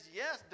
yes